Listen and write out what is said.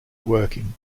working